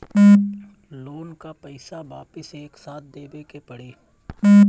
Loan का पईसा वापिस एक साथ देबेके पड़ी?